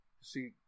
See